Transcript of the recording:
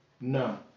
No